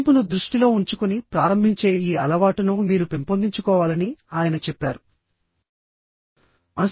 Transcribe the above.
ముగింపును దృష్టిలో ఉంచుకుని ప్రారంభించే ఈ అలవాటును మీరు పెంపొందించుకోవాలని ఆయన చెప్పారు